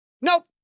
Nope